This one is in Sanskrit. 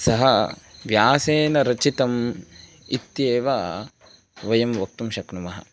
सः व्यासेन रचितम् इत्येव वयं वक्तुं शक्नुमः